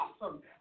awesome